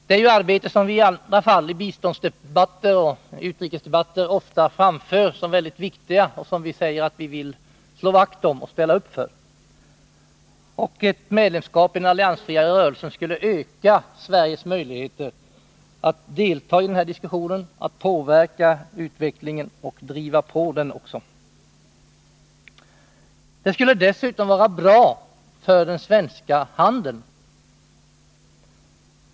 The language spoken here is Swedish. Det är ju ett arbete som vi i biståndsdebatter och utrikesdebatter ofta framhåller som väldigt viktigt och som vi säger oss vilja slå vakt om och ställa upp för. Ett medlemskap i den alliansfria rörelsen skulle öka Sveriges möjligheter att delta i den här diskussionen och att påverka och driva på utvecklingen. Ett medlemskap skulle dessutom vara bra för den svenska handeln.